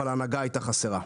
אבל ההנהגה הייתה חסרה.